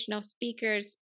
speakers